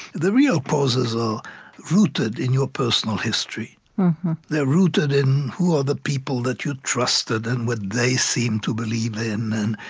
the real causes are rooted in your personal they're rooted in who are the people that you trusted and what they seemed to believe in,